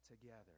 together